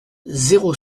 zéro